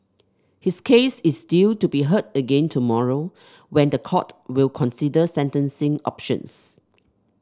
his case is due to be heard again tomorrow when the court will consider sentencing options